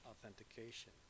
authentication